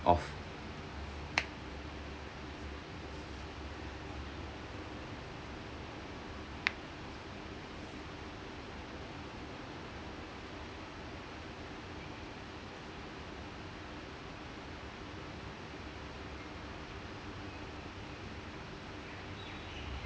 off